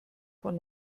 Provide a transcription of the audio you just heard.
von